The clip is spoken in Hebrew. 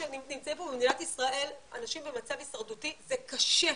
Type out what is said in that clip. כשנמצאים פה במדינת ישראל אנשים במצב הישרדותי זה קשה,